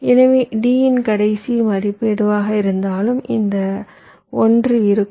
எனவே D இன் கடைசி மதிப்பு எதுவாக இருந்தாலும் இந்த 1 இருக்கும்